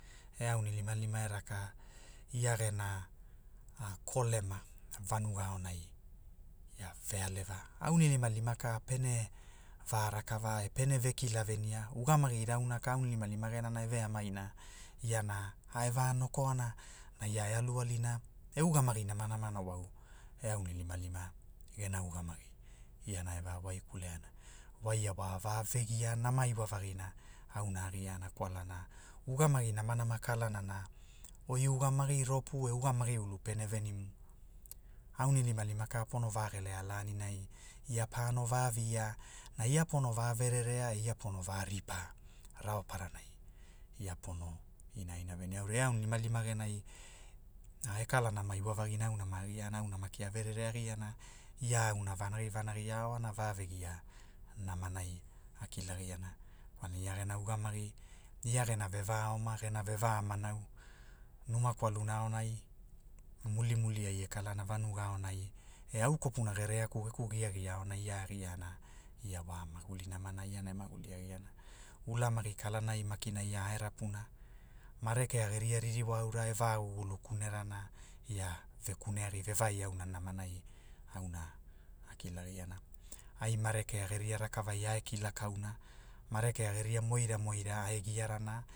E anilimalima e raka, ia gena, kolema, vanuga aonai, ia vealeva, aunilimalima ka pene, va rakava e pene vekila venia ugamagi irauna ka aunilimalima genana veamina, iana ai e va nokoana, na ia e alu alina, e ugamagi namanamana wau, e aunilimalima, gena ugamagi, iana e va wa, kaleana, waia wa a va vegia nama iwa vagina auna a giana kwalana, ugamagi namanama kalanana, oi ugamagi ropu e ugamagi ulu pene venimu, aunilimalima ka pono va gelea laninai, ia pano va via, na ia pono va vererea e ia pono va ripa, raoparanai, ia pono, ina ina venia aurai e aunilimalima genai, na e kalanama iwavagina auna maa giana auna maki a verere agiana, ia auna vanagi vanagi a aoana va vegia, namanai, a kilagiana, kwalna ia gena ugamagi, ia gena ve va aoma gena ve va manao, numa kwaluna aonai, mulimali ai e kalana vanuga aonai, e au kopuna gereaku giagia aonai ia giana, ia wa maguli naman iana e maguli agiana. Ulamagi kalanai makina ia a e rapuna, marekea geria ririwa aura e va gulugulu kunerana, ia, ve kuneagi ve vai aunanamaniu, au a a kilagiana, ai ma rekea geria rakavi a e kila kauna, marekea geria moiramoira a e giarana